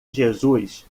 jesus